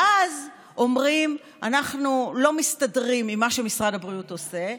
ואז אומרים: אנחנו לא מסתדרים עם מה שמשרד הבריאות עושה,